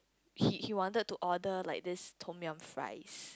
he he wanted to order like this Tom Yam fries